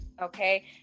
Okay